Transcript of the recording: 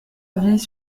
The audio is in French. avis